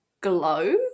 glow